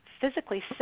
physically